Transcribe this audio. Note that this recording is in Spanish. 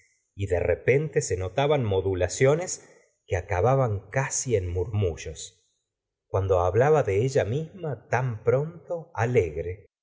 y de repente se notaban modulaciones que acababan casi en murmullos cuando hablaba de ella misma tan pronto alegre